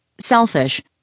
Selfish